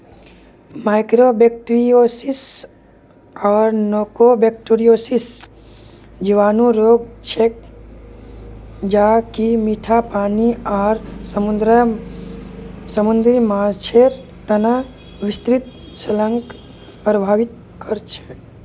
mycobacteriosis आर नोकार्डियोसिस जीवाणु रोग छेक ज कि मीठा पानी आर समुद्री माछेर तना विस्तृत श्रृंखलाक प्रभावित कर छेक